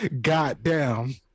Goddamn